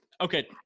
okay